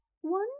One